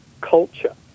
culture